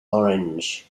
orange